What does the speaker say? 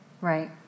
right